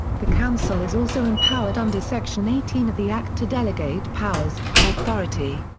the council is also empowered under section eighteen of the act to delegate powers, authority,